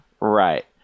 Right